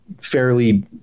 fairly